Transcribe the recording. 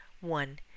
One